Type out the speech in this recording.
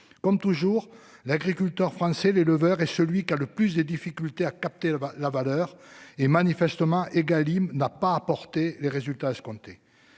comme toujours, l'agriculteur français l'éleveur et celui qui a le plus des difficultés à capter la valeur et manifestement Egalim n'a pas apporté les résultats escomptés.